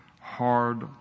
hard